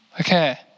okay